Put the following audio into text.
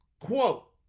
quote